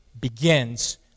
begins